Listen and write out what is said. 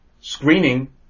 Screening